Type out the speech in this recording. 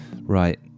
Right